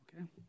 Okay